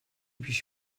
پیش